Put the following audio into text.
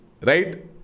right